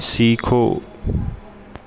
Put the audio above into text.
सीखो